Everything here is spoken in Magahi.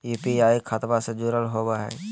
यू.पी.आई खतबा से जुरल होवे हय?